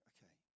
Okay